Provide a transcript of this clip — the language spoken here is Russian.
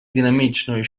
динамичной